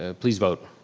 ah please vote.